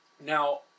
Now